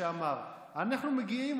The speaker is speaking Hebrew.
שאמר: אנחנו מגיעים,